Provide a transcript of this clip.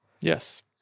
Yes